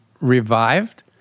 revived